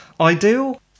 Ideal